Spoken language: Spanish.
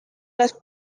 las